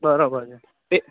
બરાબર છે એ